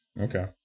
Okay